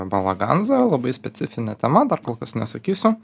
balaganza labai specifinė tema dar kol kas nesakysiu